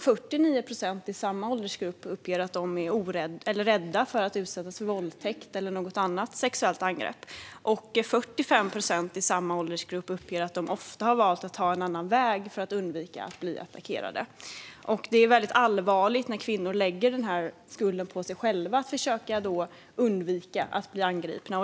49 procent i samma åldersgrupp uppger att de är rädda för att utsättas för våldtäkt eller något annat sexuellt angrepp. 45 procent i samma åldersgrupp uppger att de ofta har valt att ta en annan väg för att undvika att bli attackerade. Det är allvarligt när kvinnor lägger skulden på sig själva för att försöka undvika att bli angripna.